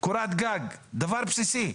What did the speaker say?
קורת גג זה דבר בסיסי,